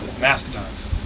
mastodons